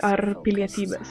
ar pilietybės